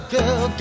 Girl